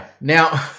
Now